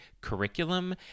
curriculum